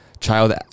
child